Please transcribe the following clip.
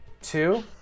Two